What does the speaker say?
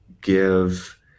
give